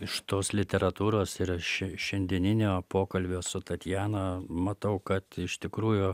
iš tos literatūros ir iš šiandieninio pokalbio su tatjana matau kad iš tikrųjų